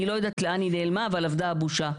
אני לא יודעת לאן היא נעלמה, אבל אבדה הבושה.